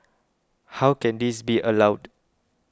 how can this be allowed